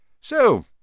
So